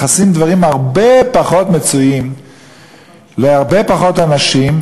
מכסים דברים הרבה פחות מצויים להרבה פחות אנשים,